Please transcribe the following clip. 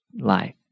life